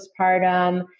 postpartum